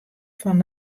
fan